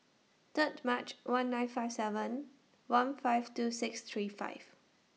Third March one nine five seven one five two six three five